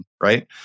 right